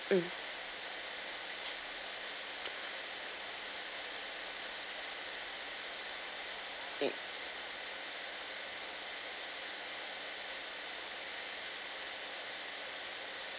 mm mm